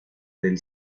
del